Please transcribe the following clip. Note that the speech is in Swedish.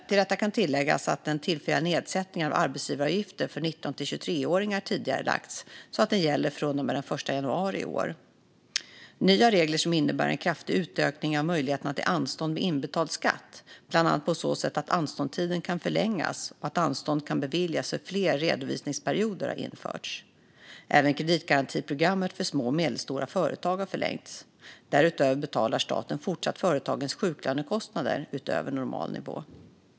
Till detta kan läggas att den tillfälliga nedsättningen av arbetsgivaravgifterna för 19 till 23-åringar tidigarelagts så att den gäller från och med den 1 januari i år. Nya regler som innebär en kraftig utökning av möjligheterna till anstånd med inbetalning av skatt, bland annat på så sätt att anståndstiden kan förlängas och att anstånd kan beviljas för fler redovisningsperioder, har införts. Även kreditgarantiprogrammet för små och medelstora företag har förlängts. Därutöver betalar staten fortsatt företagens sjuklönekostnader utöver normal nivå.